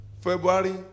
February